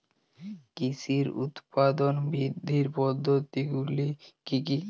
কৃষির উৎপাদন বৃদ্ধির পদ্ধতিগুলি কী কী?